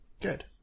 Good